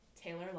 Taylor